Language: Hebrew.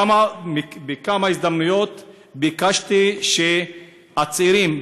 בכמה הזדמנויות ביקשתי שהצעירים,